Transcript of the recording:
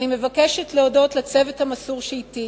אני מבקשת להודות לצוות המסור שאתי,